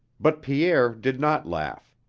but pierre did not laugh.